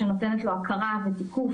שנותנת לו הכרה ותיקוף